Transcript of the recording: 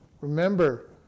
remember